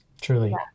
truly